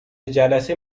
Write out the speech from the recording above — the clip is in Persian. جلسه